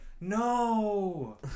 no